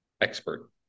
Expert